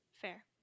Fair